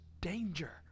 danger